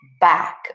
back